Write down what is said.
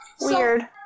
Weird